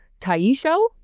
Taisho